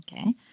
Okay